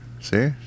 See